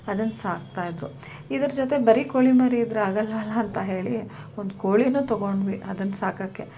ಅದನ್ನು ಸಾಕ್ತಾಯಿದ್ದರು ಇದರ ಜೊತೆ ಬರೀ ಕೋಳಿಮರಿ ಇದ್ದರೆ ಆಗೋಲ್ವಲ್ಲ ಅಂತ ಹೇಳಿ ಒಂದು ಕೋಳಿ ತೊಗೊಂಡ್ವಿ ಅದನ್ನು ಸಾಕೋಕ್ಕೆ